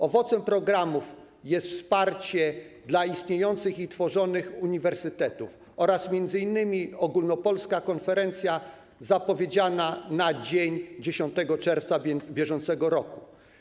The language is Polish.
Owocem programów jest wsparcie dla istniejących i tworzonych uniwersytetów oraz m.in. ogólnopolska konferencja zapowiedziana na dzień 10 czerwca br.